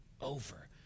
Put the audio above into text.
over